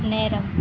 நேரம்